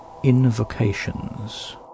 invocations